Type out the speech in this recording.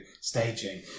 staging